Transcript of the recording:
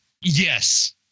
Yes